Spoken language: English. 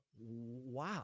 wow